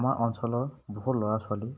আমাৰ অঞ্চলৰ বহু ল'ৰা ছোৱালী